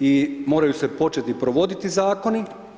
i moraju se početi provoditi zakoni.